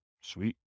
Sweet